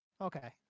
Okay